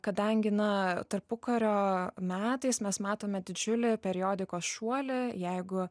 kadangi na tarpukario metais mes matome didžiulį periodikos šuolį jeigu